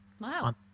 Wow